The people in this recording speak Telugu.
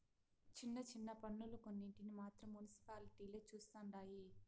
చిన్న చిన్న పన్నులు కొన్నింటిని మాత్రం మునిసిపాలిటీలే చుస్తండాయి